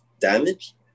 damage